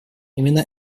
именно